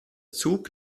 zug